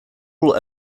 all